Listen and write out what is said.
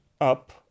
up